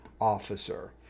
officer